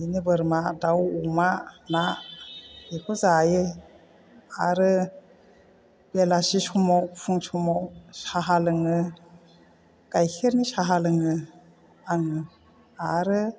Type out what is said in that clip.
बिदिनो बोरमा दाउ अमा ना बेखौ जायो आरो बेलासि समाव फुं समाव साहा लोङो गायखेरनि साहा लोङो आङो आरो